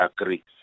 agree